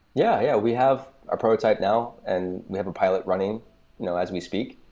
yeah. yeah we have a prototype now, and we have a pilot running you know as we speak.